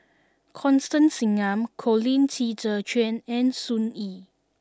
Constance Singam Colin Qi Zhe Quan and Sun Yee